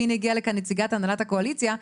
והנה הגיעה לכן נציגת הנהלת הקואליציה,